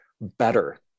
better